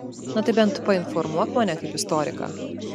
na tai bent painformuok mane kaip istoriką